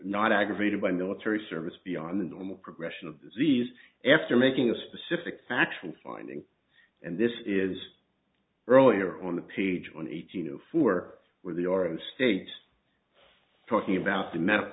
not aggravated by military service beyond the normal progression of disease after making a specific factual finding and this is earlier on the page one eighteen zero four where the our own state talking about the medical